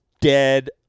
dead